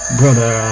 brother